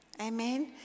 Amen